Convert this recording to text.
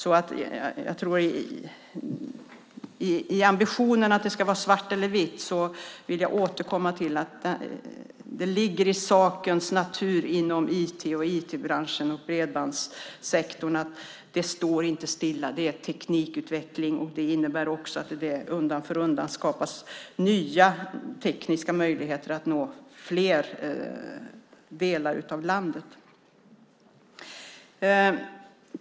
I fråga om ambitionen att det ska vara svart eller vitt vill jag återkomma till att det inom IT-branschen och bredbandssektorn ligger i sakens natur att det inte står stilla. Det är teknikutveckling som innebär att det undan för undan skapas nya tekniska möjligheter att nå fler delar av landet.